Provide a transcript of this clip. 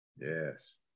yes